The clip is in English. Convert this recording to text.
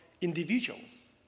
individuals